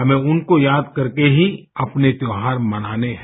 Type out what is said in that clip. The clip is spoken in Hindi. हमें उनको याद करके ही अपने त्योहार मनाने हैं